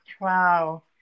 Wow